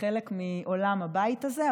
חלק מעולם הבית הזה.